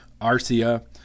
Arcia